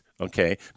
okay